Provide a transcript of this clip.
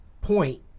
point